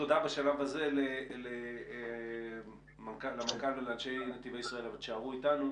תודה בשלב הזה למנכ"ל ולאנשי נתיבי ישראל אבל תישארו אתנו.